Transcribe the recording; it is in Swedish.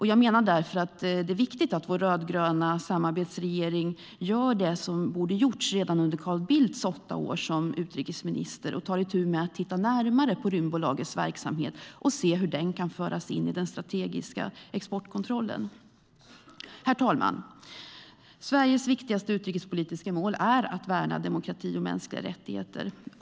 Jag menar därför att det är viktigt att vår rödgröna samarbetsregering gör det som borde ha gjorts redan under Carl Bildts åtta år som utrikesminister och tar itu med att titta närmare på Rymdbolagets verksamhet och se hur den kan föras in i den strategiska exportkontrollen. Herr talman! Sveriges viktigaste utrikespolitiska mål är att värna demokrati och mänskliga rättigheter.